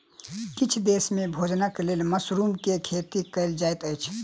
किछ देस में भोजनक लेल मशरुम के खेती कयल जाइत अछि